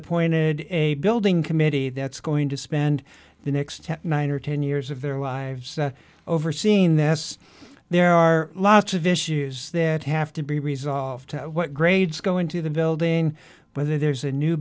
appointed a building committee that's going to spend the next nine or ten years of their wives overseeing this there are lots of issues that have to be resolved what grades go into the building whether there's a new